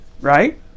right